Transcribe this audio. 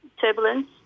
Turbulence